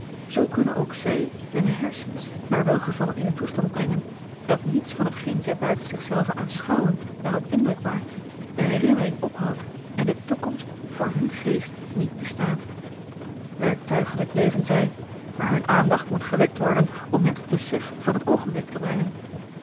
zoo kunnen ook zij hunne hersens naar welgevallen in een toestand brengen dat niets van hetgeen zij buiten zich zelven aanschouwen daarop indruk maakt de herinnering ophoudt en de toekomst voor hun geest niet bestaat werktuigelijk leven zij maar hunne aandacht moet gewekt worden om hen tot besef van het oogenblik te brengen